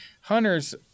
hunters